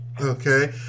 Okay